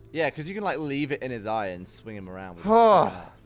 yeah, cause you can, like, leave it in his eye and swing him around but